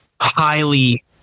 highly